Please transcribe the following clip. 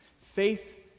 Faith